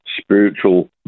spiritual